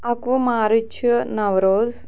اکوُہ مارٕچ چھُ نوروز